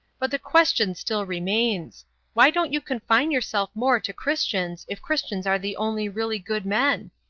but the question still remains why don't you confine yourself more to christians if christians are the only really good men?